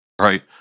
Right